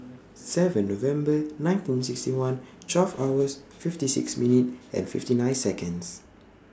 seven November nineteen sixty one twelve hours fifty six minutes and fifty nine Seconds